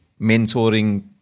mentoring